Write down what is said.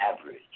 average